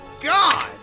God